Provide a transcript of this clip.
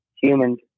humans